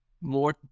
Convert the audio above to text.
more